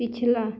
पिछला